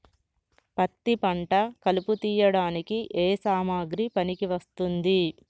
పత్తి పంట కలుపు తీయడానికి ఏ సామాగ్రి పనికి వస్తుంది?